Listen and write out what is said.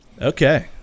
Okay